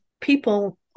people